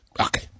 Okay